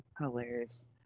Hilarious